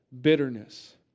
bitterness